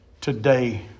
today